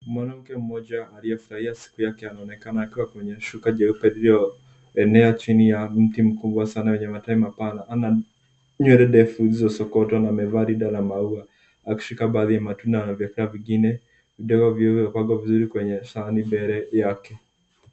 Mwanamke mmoja aliyefurahia siku yake anaonekana akiwa kwenye shuka jeupe lililoenea chini ya mti mkubwa sana wenye matawi mapana. Ana nywele ndefu zilizosokotwa na amevaa rinda la maua, akishika baadhi ya matunda na vyakula vingine, vidogo vilivyopangwa vizuri kwenye sahani mbele yake.